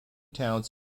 towns